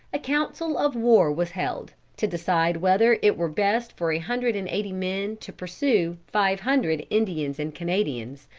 a council of war was held, to decide whether it were best for a hundred and eighty men to pursue five hundred indians and canadians,